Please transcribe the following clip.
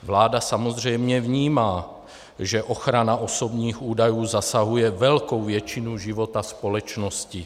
Vláda samozřejmě vnímá, že ochrana osobních údajů zasahuje velkou většinu života společnosti.